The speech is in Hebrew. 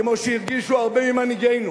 כמו שהרגישו הרבה ממנהיגינו